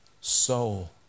soul